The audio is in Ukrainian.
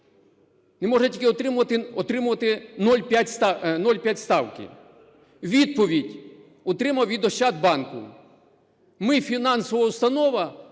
Не може тільки утримувати 0,5 ставки. Відповідь отримав від "Ощадбанку": "Ми – фінансова установа,